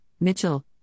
Mitchell